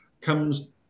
comes